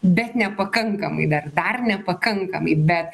bet nepakankamai dar dar nepakankamai bet